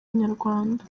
inyarwanda